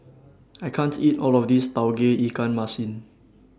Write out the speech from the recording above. I can't eat All of This Tauge Ikan Masin